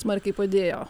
smarkiai padėjo